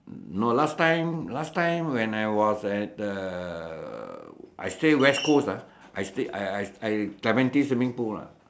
no last time last time when I was at the I stay West coast ah I stay I I Clementi swimming pool ah